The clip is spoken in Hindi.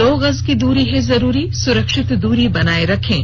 दो गज की दूरी है जरूरी सुरक्षित दूरी बनाए रखें